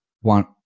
one